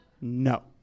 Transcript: No